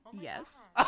Yes